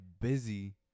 busy